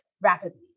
rapidly